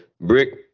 Brick